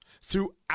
throughout